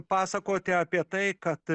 pasakoti apie tai kad